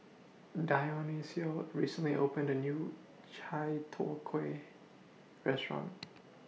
Dionicio recently opened A New Chai Tow Kway Restaurant